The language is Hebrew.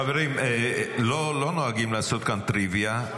חברים, לא נוהגים לעשות כאן טריוויה.